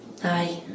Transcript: Hi